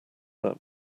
that